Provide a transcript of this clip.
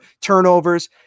turnovers